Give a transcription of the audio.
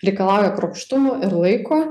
reikalauja kruopštumo ir laiko